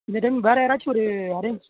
இந்த டைம் வேறு யாரையாச்சும் ஒரு அரேஞ்ச்